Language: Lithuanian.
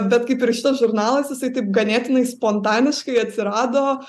bet kaip ir šitas žurnalas jisai taip ganėtinai spontaniškai atsirado